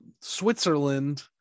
Switzerland